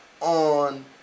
on